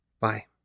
Bye